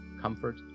comfort